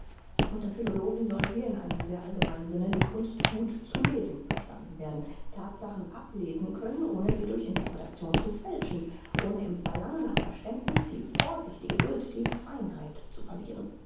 unter philologie soll hier in einem sehr allgemeinen sinne die kunst gut zu lesen verstanden werden thatsachen ablesen können ohne sie durch interpretation zu fälschen ohne im verlangen nach verständniß die vorsicht die geduld die feinheit zu verlieren